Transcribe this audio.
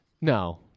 No